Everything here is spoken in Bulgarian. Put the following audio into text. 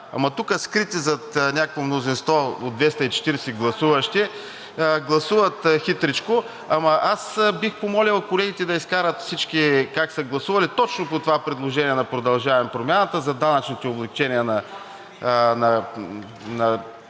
тук, скрити зад някакво мнозинство от 240 гласуващи, гласуват хитричко. Аз бих помолил колегите да изкарат всички как са гласували точно по това предложение на „Продължаваме Промяната“ за данъчните облекчения за